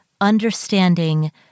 understanding